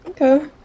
Okay